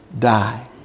die